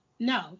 No